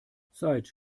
seid